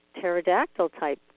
pterodactyl-type